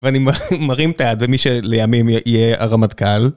ואני מרים את היד ומי שלימים יהיה הרמטכ״ל.